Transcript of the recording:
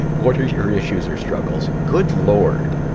what are your issues or struggles good lord?